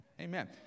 Amen